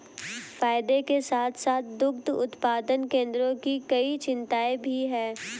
फायदे के साथ साथ दुग्ध उत्पादन केंद्रों की कई चिंताएं भी हैं